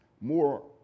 more